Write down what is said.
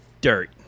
Dirt